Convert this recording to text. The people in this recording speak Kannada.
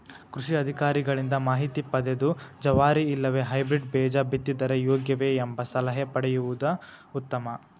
ಕೃಷಿ ಅಧಿಕಾರಿಗಳಿಂದ ಮಾಹಿತಿ ಪದೆದು ಜವಾರಿ ಇಲ್ಲವೆ ಹೈಬ್ರೇಡ್ ಬೇಜ ಬಿತ್ತಿದರೆ ಯೋಗ್ಯವೆ? ಎಂಬ ಸಲಹೆ ಪಡೆಯುವುದು ಉತ್ತಮ